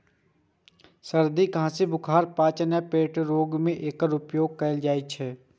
सर्दी, खांसी, बुखार, पाचन आ पेट रोग मे एकर उपयोग कैल जाइ छै